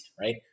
right